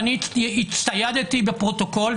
ואני הצטיידתי בפרוטוקול,